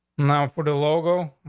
now, for the logo,